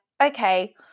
Okay